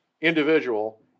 individual